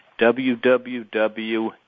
www